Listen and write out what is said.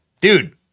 dude